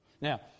Now